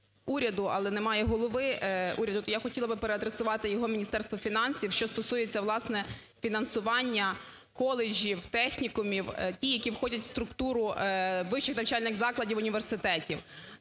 уряду, але немає голови уряду, то я хотіла би переадресувати його Міністерству фінансів, що стосується, власне, фінансування коледжів, технікумів, ті, які входять в структуру вищих навчальних закладів університетів.